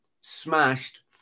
smashed